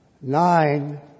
Nine